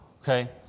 Okay